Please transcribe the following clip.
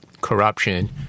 corruption